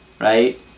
right